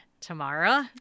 tomorrow